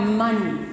money